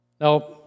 Now